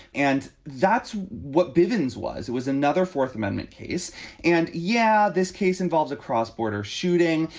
and that's what bivins was. it was another fourth amendment case and yeah, this case involves a cross-border shooting.